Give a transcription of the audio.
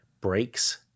breaks